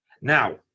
Now